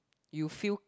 you feel